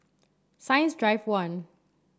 Science Drive One